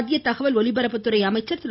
மத்திய தகவல் ஒலிபரப்புத்துறை அமைச்சர் திரு